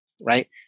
right